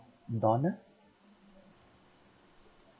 donna